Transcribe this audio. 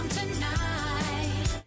tonight